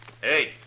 Hey